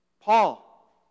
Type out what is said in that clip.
Paul